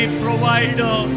provider